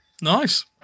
nice